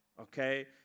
okay